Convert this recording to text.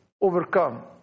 overcome